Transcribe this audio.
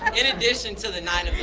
in addition to the nine of us,